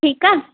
ठीकु आहे